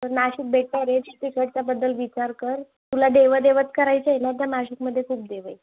तर नाशिक बेटर आहे तिकडच्याबद्दल विचार कर तुला देव दैवत करायचं आहे ना तर नाशिकमध्ये खूप देव आहेत